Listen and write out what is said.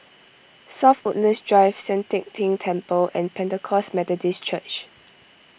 South Woodlands Drive Sian Teck Tng Temple and Pentecost Methodist Church